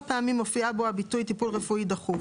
פעמים מופיע בו הביטוי טיפול רפואי דחוף.